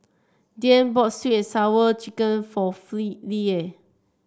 Dane bought sweet and Sour Chicken for free Lela